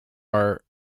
are